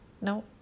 No